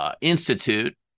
Institute